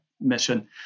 mission